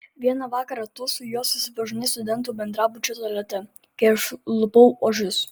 vieną vakarą tu su juo susipažinai studentų bendrabučio tualete kai aš lupau ožius